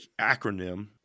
acronym